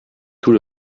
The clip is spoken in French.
tout